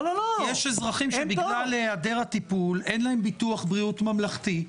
יש אזרחים שבגלל היעדר הטיפול אין להם ביטוח בריאות ממלכתי.